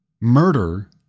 murder